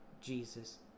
Jesus